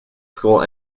school